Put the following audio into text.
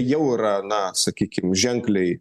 jau yra na sakykim ženkliai